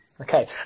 Okay